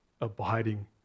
abiding